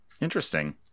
Interesting